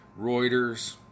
Reuters